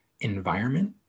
Environment